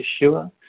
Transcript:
Yeshua